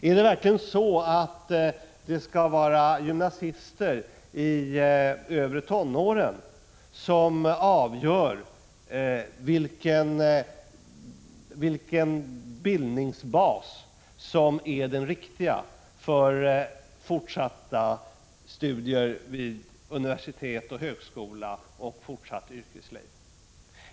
Är det verkligen så att det skall vara gymnasister i övre tonåren som avgör vilken bildningsbas som är den riktiga för fortsatta studier vid universitet och högskola och för fortsatt yrkesliv?